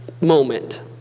moment